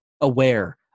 aware